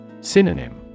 Synonym